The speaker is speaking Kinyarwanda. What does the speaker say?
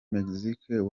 mexico